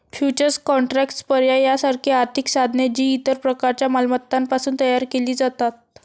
futures contracts, पर्याय यासारखी आर्थिक साधने, जी इतर प्रकारच्या मालमत्तांपासून तयार केली जातात